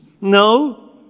No